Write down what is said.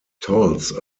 tolls